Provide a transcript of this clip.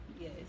yes